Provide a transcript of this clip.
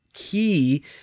key